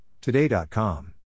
today.com